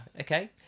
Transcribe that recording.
Okay